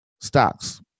stocks